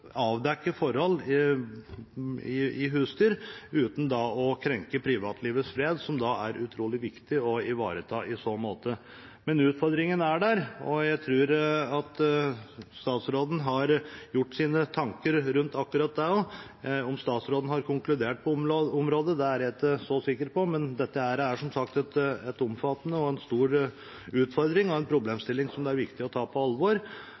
avdekke forhold i husdyrhold uten å krenke privatlivets fred, som er utrolig viktig å ivareta i så måte. Men utfordringen er der, og jeg tror at statsråden også har gjort seg sine tanker rundt akkurat det. Om statsråden har konkludert på området, er jeg ikke så sikker på, men dette er som sagt en omfattende og stor utfordring og en problemstilling som det er viktig å ta på alvor.